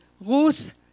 Ruth